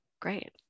Great